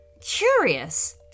Curious